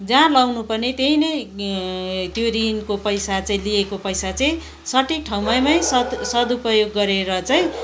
जहाँ लाउनुपर्ने त्यहीँ नै त्यो ऋणको पैसा चाहिँ लिएको पैसा चाहिँ सठीक ठाउँमा नै सदुपयोग गरेर चाहिँ